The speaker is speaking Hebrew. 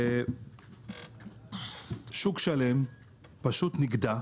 ושוק שלם פשוט נגדע.